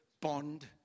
bond